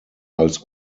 als